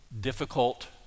difficult